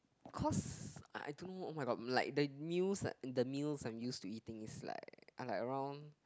cause I don't know oh-my-god like the meals the meals I'm used to eating is like are like around